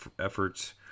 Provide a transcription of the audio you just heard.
efforts